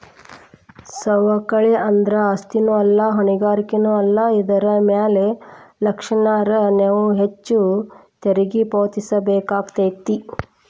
ಸವಕಳಿ ಅಂದ್ರ ಆಸ್ತಿನೂ ಅಲ್ಲಾ ಹೊಣೆಗಾರಿಕೆನೂ ಅಲ್ಲಾ ಇದರ್ ಮ್ಯಾಲೆ ಲಕ್ಷಿಲ್ಲಾನ್ದ್ರ ನೇವು ಹೆಚ್ಚು ತೆರಿಗಿ ಪಾವತಿಸಬೇಕಾಕ್ಕೇತಿ